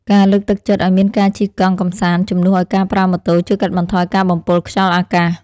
ការលើកទឹកចិត្តឱ្យមានការជិះកង់កម្សាន្តជំនួសឱ្យការប្រើម៉ូតូជួយកាត់បន្ថយការបំពុលខ្យល់អាកាស។